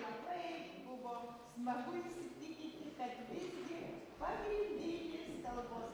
labai buvo smagu įsitikinti kad visgi pagrindinis kalbos